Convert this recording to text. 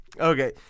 Okay